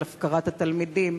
על הפקרת התלמידים,